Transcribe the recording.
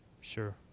Sure